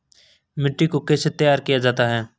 मिट्टी को कैसे तैयार किया जाता है?